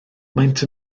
maent